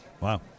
Wow